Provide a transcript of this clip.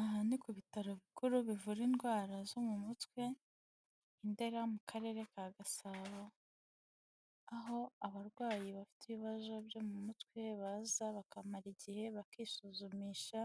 Aha ni ku bitaro bikuru bivura indwara zo mu mutwe Indera mu karere ka Gasabo, aho abarwayi bafite ibibazo byo mu mutwe baza bakamara igihe bakisuzumisha,